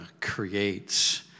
creates